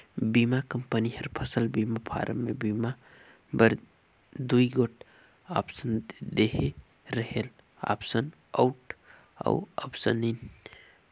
बीमा कंपनी हर फसल बीमा फारम में बीमा बर दूई गोट आप्सन देहे रहेल आप्सन आउट अउ आप्सन इन